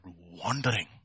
wandering